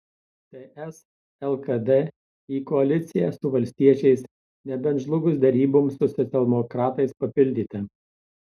ts lkd į koaliciją su valstiečiais nebent žlugus deryboms su socialdemokratais papildyta